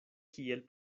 kiel